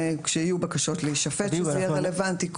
וכשיהיו בקשות להישפט אז שזה יהיה רלוונטי,